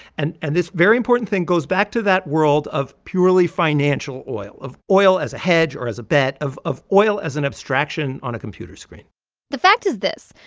and and this very important thing goes back to that world of purely financial oil, of oil as a hedge or as a bet, of of oil as an abstraction on a computer screen the fact is this.